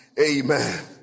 Amen